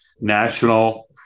national